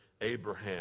abraham